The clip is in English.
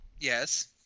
Yes